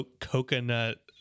coconut